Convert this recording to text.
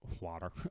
water